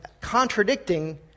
contradicting